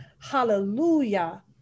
hallelujah